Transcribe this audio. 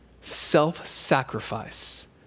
self-sacrifice